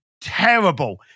terrible